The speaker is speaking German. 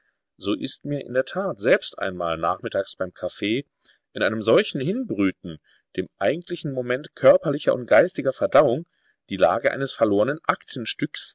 so ist mir in der tat selbst einmal nachmittags beim kaffee in einem solchen hinbrüten dem eigentlichen moment körperlicher und geistiger verdauung die lage eines verlornen aktenstücks